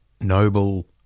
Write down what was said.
noble